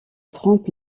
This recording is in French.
trompe